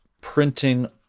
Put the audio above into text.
printing